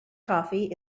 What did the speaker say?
coffee